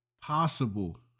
possible